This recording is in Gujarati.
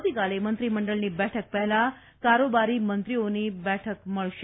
આવતીકાલે મંત્રીમંડળની બેઠક પહેલાં કારોબારી મંત્રીઓની બેઠક પર મળશે